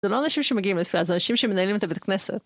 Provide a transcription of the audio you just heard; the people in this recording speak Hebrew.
זה לא אנשים שמגיעים לתפילה, זה אנשים שמנהלים את הבית הכנסת.